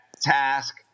task